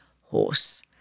horse